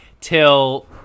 till